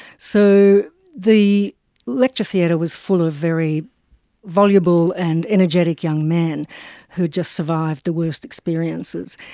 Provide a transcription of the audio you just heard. so the lecture theatre was full of very voluble and energetic young men who just survived the worst experiences.